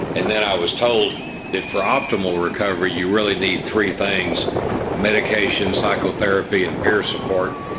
and then i was told that for optimal recovery you really need three things medication, psychotherapy and peer support',